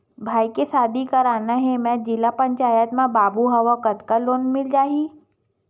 भाई के शादी करना हे मैं जिला पंचायत मा बाबू हाव कतका लोन मिल जाही?